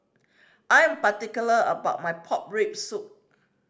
I am particular about my pork rib soup